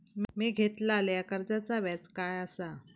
मी घेतलाल्या कर्जाचा व्याज काय आसा?